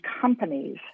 companies